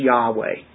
Yahweh